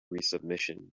resubmission